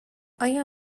آیا